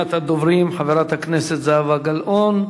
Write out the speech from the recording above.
ראשונת הדוברים, חברת הכנסת זהבה גלאון,